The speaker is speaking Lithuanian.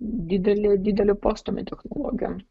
dideliu dideliu postūmiu technologijom